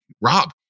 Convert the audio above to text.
Rob